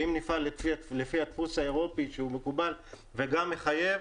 ואם נפעל לפי הדפוס האירופי שהוא מקובל וגם מחייב,